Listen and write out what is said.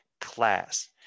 class